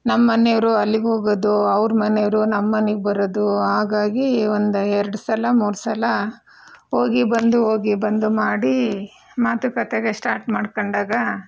ನಮ್ಮ ಮನೆಯವರು ಅಲ್ಲಿಗೆ ಹೋಗೋದು ಅವರ ಮನೆಯವರು ನಮ್ಮನೆಗೆ ಬರೋದು ಹಾಗಾಗಿ ಒಂದು ಎರಡು ಸಲ ಮೂರು ಸಲ ಹೋಗಿ ಬಂದು ಹೋಗಿ ಬಂದು ಮಾಡಿ ಮಾತುಕತೆ ಎಲ್ಲ ಶ್ಟಾರ್ಟ್ ಮಾಡ್ಕೊಂಡಾಗ